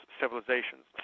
civilizations